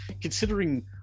considering